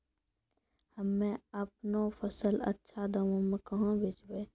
हम्मे आपनौ फसल अच्छा दामों मे कहाँ बेचबै?